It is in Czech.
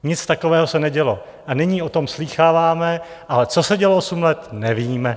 Nic takového se nedělo a nyní o tom slýcháváme, ale co se dělo osm let, nevíme.